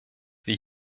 wir